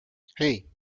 hey